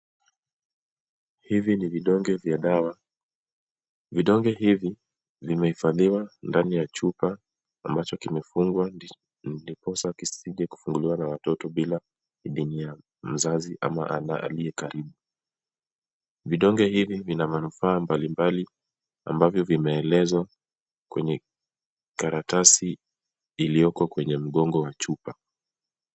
Hivi ni vidonge vya dawa. Vidonge hivi vimehifadhiwa ndani ya chupa ambacho kimefungwa ndiposa kisije kufunguliwa na watoto bila idhini ya mzazi ama aliyekaribu. Vidonge hivi vina manufaa mbalimbali ambavyo vimeelezwa kwenye karatasi iliyoko kwenye mgongo wa chupa.